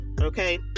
okay